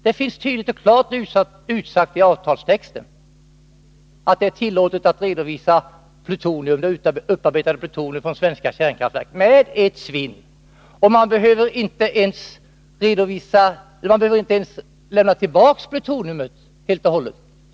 Det finns tydligt och klart utsagt i avtalstexten att det är tillåtet att redovisa det upparbetade plutoniet från svenska kärnkraftverk med ett svinn, och man behöver inte ens lämna tillbaka plutoniet helt och hållet.